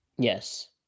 Yes